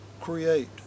create